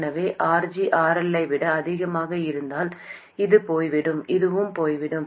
எனவே RG RL ஐ விட அதிகமாக இருந்தால் இது போய்விடும் இதுவும் போய்விடும்